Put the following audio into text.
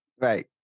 Right